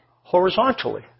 horizontally